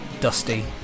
dusty